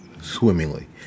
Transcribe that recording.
swimmingly